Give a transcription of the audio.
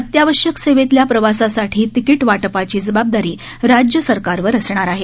अत्यावश्यक सेवेतील प्रवासासाठी तिकिट वाटपाची जबाबदारी राज्य सरकारवर असणार आहे